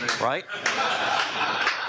Right